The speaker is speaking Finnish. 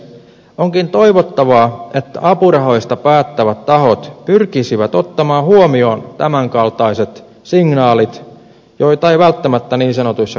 onkin toivottavaa että apurahoista päättävät tahot pyrkisivät ottamaan huomioon tämänkaltaiset signaalit joita ei välttämättä niin sanotuissa kulttuuripiireissä kuule